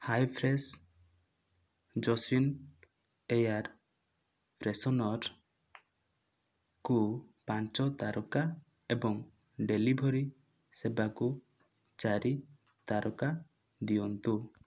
high fresh jasmine air freshener କୁ ପାଞ୍ଚ ତାରକା ଏବଂ ଡେଲିଭରି ସେବାକୁ ଚାରି ତାରକା ଦିଅନ୍ତୁ